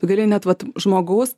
gali net vat žmogaus